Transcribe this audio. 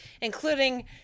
including